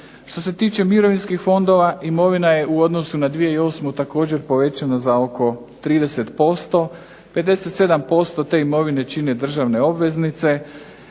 Što se tiče Mirovinskih fondova imovina je u odnosu na 2008. također povećana za oko 30%, 57% te imovine čine državne obveznice.